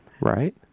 Right